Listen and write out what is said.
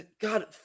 God